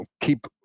keep